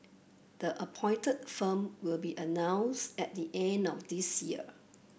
the appointed firm will be announced at the end of this year